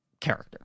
character